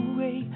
Away